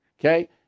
Okay